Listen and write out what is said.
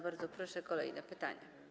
Bardzo proszę, kolejne pytanie.